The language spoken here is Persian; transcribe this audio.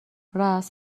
راس